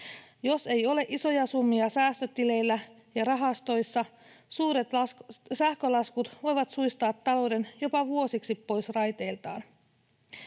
Jos ei ole isoja summia säästötileillä ja rahastoissa, suuret sähkölaskut voivat suistaa talouden jopa vuosiksi pois raiteiltaan.